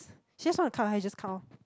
she just want to cut her hair cut orh